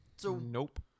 Nope